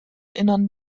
innern